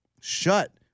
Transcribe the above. shut